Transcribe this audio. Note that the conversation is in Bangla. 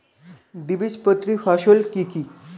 দ্বিবীজপত্রী ফসল কি কি?